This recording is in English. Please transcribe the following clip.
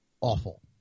awful